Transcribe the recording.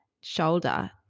shoulder